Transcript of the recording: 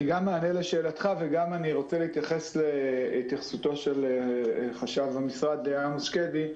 אני אענה לשאלתך וגם אתייחס לדבריו של חשב המשרד עמוס שקדי.